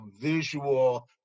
visual